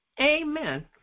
Amen